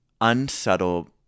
unsubtle